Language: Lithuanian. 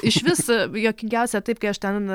išvis juokingiausia taip kai aš ten